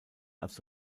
als